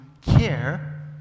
care